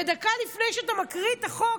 ודקה לפני שאתה מקריא את החוק,